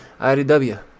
IDW